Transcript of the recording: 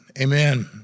Amen